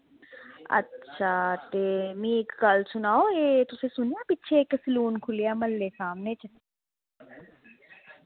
अच्छा ते मि इक गल्ल सुनाओ एह् तुसैं सुनेआ पिच्छे इक सलून खु'ल्लेआ म्हल्ले सामने च